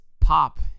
pop